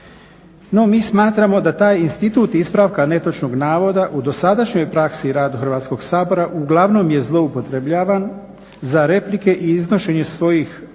mi smatramo da taj institut ispravka netočnog navoda u dosadašnjoj praksi i radu Hrvatskog sabora uglavnom je zloupotrebljavan za replike i iznošenje svojih političkih